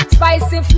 Spicy